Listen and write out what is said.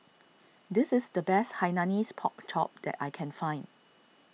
this is the best Hainanese Pork Chop that I can find